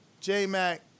J-Mac